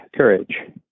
courage